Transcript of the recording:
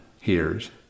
hears